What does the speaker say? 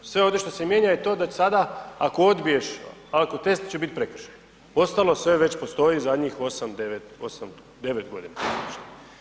Sve ovdje što se mijenja je to da već sada ako odbiješ alkotest će biti prekršaj, ostalo sve već postoji zadnjih 8, 9 godina.